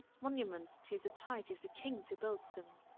monuments to the piety of the kings who built them.